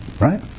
right